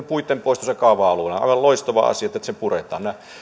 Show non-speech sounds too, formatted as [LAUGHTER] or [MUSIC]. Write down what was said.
[UNINTELLIGIBLE] puitten poisto kaava alueella on ihan hyvä aivan loistava asia että se puretaan